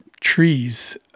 trees